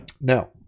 Now